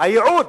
הייעוד.